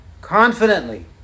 confidently